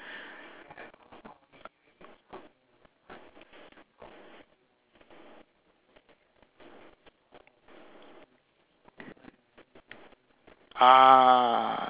ah